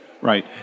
Right